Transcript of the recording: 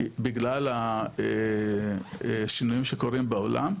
בגלל השינויים שקורים בעולם,